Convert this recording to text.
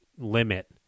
limit